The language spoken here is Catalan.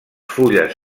fulles